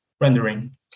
rendering